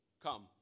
come